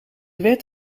wet